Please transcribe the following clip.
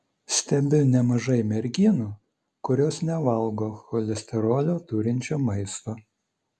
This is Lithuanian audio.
stebiu nemažai merginų kurios nevalgo cholesterolio turinčio maisto